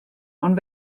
ond